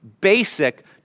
basic